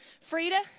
Frida